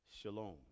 Shalom